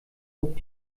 hob